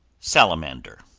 salamander,